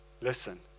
listen